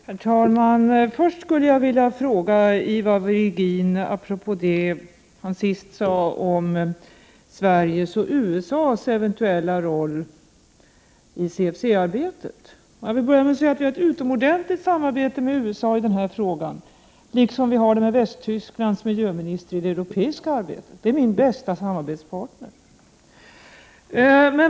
Herr talman! Först skulle jag vilja säga några saker till Ivar Virgin apropå det som han sade om Sveriges och USA:s eventuella roll i CFC-arbetet. Vi har ett utomordentligt gott samarbete med USA i den här frågan liksom med Västtysklands miljöminister i det europeiska samarbetet. Det är min bästa samarbetspartner.